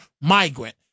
migrant